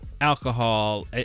alcohol